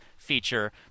Feature